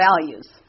values